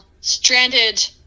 stranded